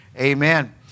amen